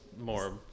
more